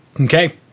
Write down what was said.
okay